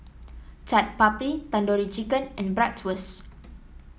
Chaat Papri Tandoori Chicken and Bratwurst